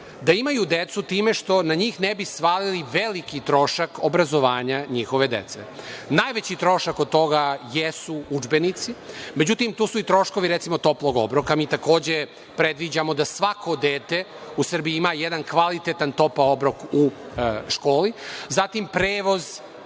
da imaju decu time što na njih ne bi svalili veliki trošak obrazovanja njihove dece. Najveći troška od toga jesu udžbenici. Međutim, to su i troškovi recimo, toplog obroka, mi takođe, predviđamo da svako dete u Srbiji ima jedan kvalitetan topao obrok u školi. Zatim, prevoz